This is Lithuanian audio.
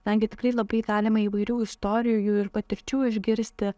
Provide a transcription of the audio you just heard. kadangi tikrai labai galime įvairių istorijų ir patirčių išgirsti